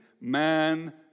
man